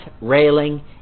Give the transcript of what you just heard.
railing